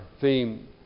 theme